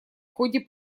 ходе